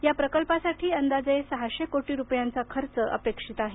या प्रकल्पासाठी अंदाजे सहाशे कोटी रुपयांचा खर्च अपेक्षित आहे